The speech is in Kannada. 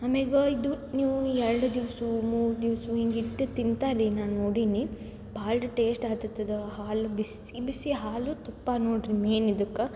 ಆಮೆಲೆ ಇದು ನೀವು ಎರಡು ದಿವ್ಸ ಮೂರು ದಿವ್ಸ ಹಿಂಗೆ ಇಟ್ಟು ತಿಂತಾರೆ ರೀ ನಾ ನೋಡಿನಿ ಭಾಳ ಟೇಸ್ಟ್ ಆಗ್ತದ ಹಾಲು ಬಿಸಿ ಬಿಸಿ ಹಾಲು ತುಪ್ಪ ನೋಡ್ರಿ ಮೇನ್ ಇದಕ್ಕೆ